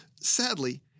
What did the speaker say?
Sadly